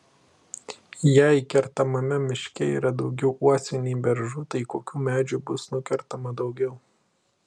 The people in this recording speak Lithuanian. jei kertamame miške yra daugiau uosių nei beržų tai kokių medžių bus nukertama daugiau